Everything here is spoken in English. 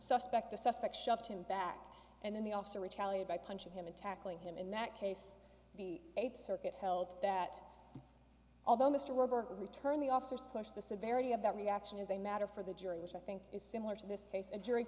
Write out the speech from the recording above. suspect shoved him back and then the officer retaliated by punching him and tackling him in that case the eighth circuit held that although mr robert returned the officers pushed the severity of that reaction is a matter for the jury which i think is similar to this case and jury